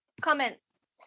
comments